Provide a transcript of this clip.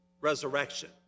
resurrection